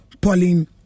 Pauline